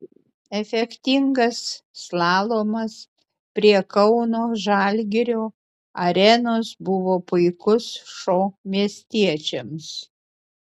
efektingas slalomas prie kauno žalgirio arenos buvo puikus šou miestiečiams